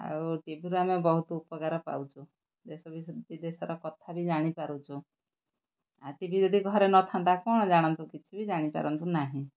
ଆଉ ଟିଭିରୁ ଆମେ ବହୁତ ଉପକାର ପାଉଛୁ ଦେଶ ବିଦେଶର କଥା ବି ଜାଣିପାରୁଛୁ ଆଉ ଟି ଭି ଯଦି ଘରେ ନଥାନ୍ତା କ'ଣ ଜାଣନ୍ତୁ କିଛି ବି ଜାଣିପାରନ୍ତୁ ନାହିଁ